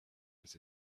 was